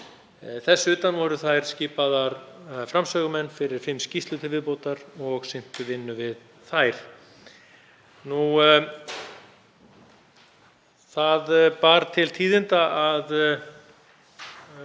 Þess utan voru þær skipaðar framsögumenn fyrir fimm skýrslur til viðbótar og sinntu vinnu við þær. Það bar til tíðinda að